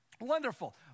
Wonderful